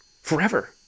forever